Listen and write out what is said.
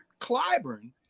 Clyburn